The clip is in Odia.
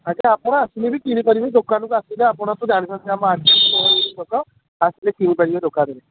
ଆଜ୍ଞା ଆପଣ ଆସିଲେ ବି ଚିହ୍ନିପାରିବେ ଦୋକାନକୁ ଆସିଲେ ଆପଣ ତ ଜାଣିଛନ୍ତି ଆମ ଆଡ୍ରେସ୍ ଆସିଲେ କିଣି ପାରିବେ ଦୋକାନରୁ